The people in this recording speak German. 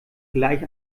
gleich